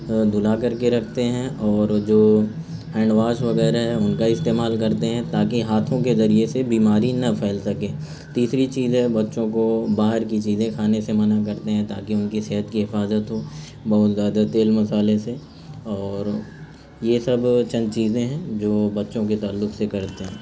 دھلا کر کے رکھتے ہیں اور جو ہینڈ واش وغیرہ ہے ان کا استعمال کرتے ہیں تاکہ ہاتھوں کے ذریعے سے بیماری نہ پھیل سکے تیسری چیز ہے بچوں کو باہر کی چیزیں کھانے سے منع کرتے ہیں تاکہ ان کی صحت کی حفاظت ہو بہت زیادہ تیل مسالے سے اور یہ سب چند چیزیں ہیں جو بچوں کے تعلق سے کرتے ہیں